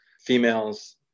females